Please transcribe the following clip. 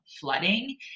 flooding